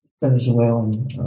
Venezuelan